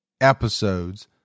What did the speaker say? episodes